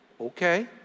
okay